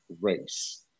race